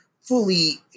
fully